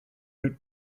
route